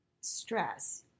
stress